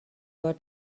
were